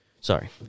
sorry